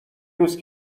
روز